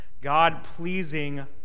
God-pleasing